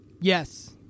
Yes